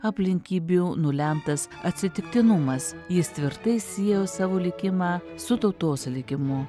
aplinkybių nulemtas atsitiktinumas jis tvirtai siejo savo likimą su tautos likimu